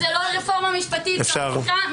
זו לא רפורמה משפטית, זו השתקה משפטית.